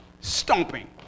stomping